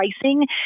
pricing